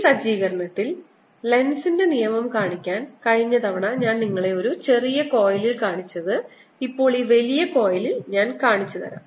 ഈ സജ്ജീകരണത്തിൽ ലെൻസിന്റെ നിയമം കാണിക്കാൻ കഴിഞ്ഞ തവണ ഞാൻ നിങ്ങളെ ഒരു ചെറിയ കോയിലിൽ കാണിച്ചത്ഇപ്പോൾ ഈ വലിയ കോയിലിൽ ഞാൻ കാണിച്ചുതരാം